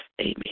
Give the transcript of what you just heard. amen